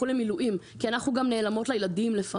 למילואים כי אנחנו לפעמים גם נעלמות לילדים.